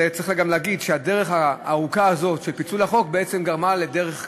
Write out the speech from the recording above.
צריך גם להגיד שהדרך הארוכה הזאת של פיצול החוק בעצם גרמה לדרך קצרה,